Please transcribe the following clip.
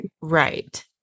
right